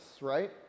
right